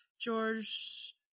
George